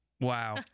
Wow